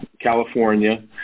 California